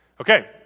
Okay